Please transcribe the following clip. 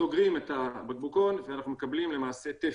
סוגרים את הבקבוקון ואנחנו מקבלים למעשה טפי.